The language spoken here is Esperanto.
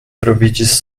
troviĝis